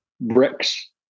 bricks